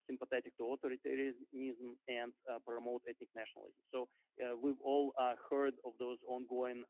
sympathetic to authoritarianism and promote ethnic nationalism. so we've all heard of those ongoing